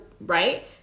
right